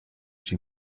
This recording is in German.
chi